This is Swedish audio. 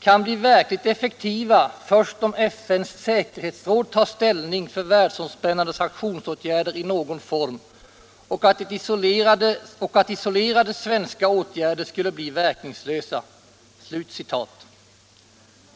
”kan bli verkligt effektiva först om FN:s säkerhetsråd tar ställning för världsomspännande sanktionsåtgärder i någon form och att isolerade svenska åtgärder skulle bli verkningslösa”.